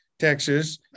Texas